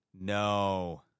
no